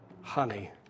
honey